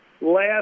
last